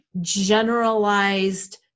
generalized